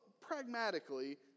pragmatically